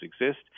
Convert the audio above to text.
exist